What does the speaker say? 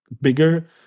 bigger